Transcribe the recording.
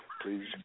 please